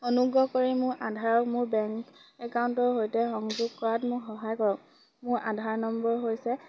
অনুগ্ৰহ কৰি মোৰ আধাৰক মোৰ বেংক একাউণ্টৰ সৈতে সংযোগ কৰাত মোক সহায় কৰক মোৰ আধাৰ নম্বৰ হৈছে